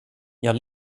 jag